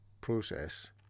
process